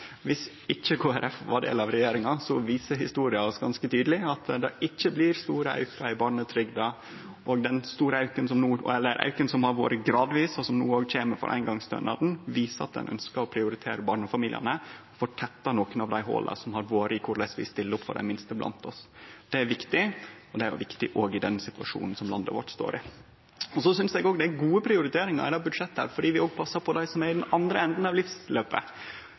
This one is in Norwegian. Viss ikkje Kristeleg Folkeparti var del av regjeringa, viser historia oss ganske tydeleg at det ikkje hadde blitt store aukar i barnetrygda. Den auken, som har vore gradvis, og som no òg kjem for eingongsstønaden, viser at ein ønskjer å prioritere barnefamiliane og får tetta nokre av dei hòla som har vore i korleis vi stiller opp for dei minste blant oss. Det er viktig, og det er viktig òg i den situasjonen som landet vårt står i. Eg synest òg det er gode prioriteringar i dette budsjettet fordi vi òg passar på dei som er i den andre enden av livsløpet.